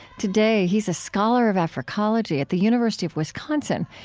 today he's a scholar of africology at the university of wisconsin,